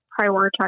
prioritize